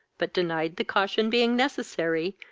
but denied the caution being necessary,